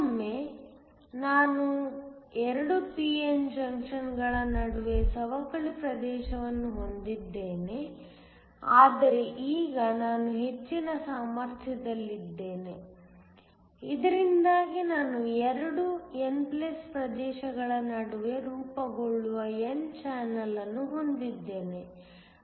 ಮತ್ತೊಮ್ಮೆ ನಾನು 2 p n ಜಂಕ್ಷನ್ಗಳ ನಡುವೆ ಸವಕಳಿ ಪ್ರದೇಶವನ್ನು ಹೊಂದಿದ್ದೇನೆ ಆದರೆ ಈಗ ನಾನು ಹೆಚ್ಚಿನ ಸಾಮರ್ಥ್ಯದಲ್ಲಿದ್ದೇನೆ ಇದರಿಂದಾಗಿ ನಾನು 2 n ಪ್ರದೇಶಗಳ ನಡುವೆ ರೂಪುಗೊಳ್ಳುವ n ಚಾನೆಲ್ ಅನ್ನು ಹೊಂದಿದ್ದೇನೆ